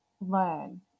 learn